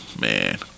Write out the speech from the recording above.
man